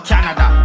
Canada